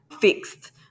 fixed